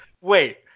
wait